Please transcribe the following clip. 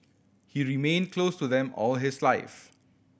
he remained close to them all his life